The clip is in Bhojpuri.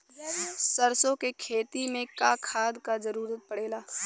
सरसो के खेती में का खाद क जरूरत पड़ेला?